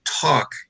talk